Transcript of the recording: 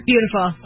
Beautiful